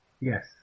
Yes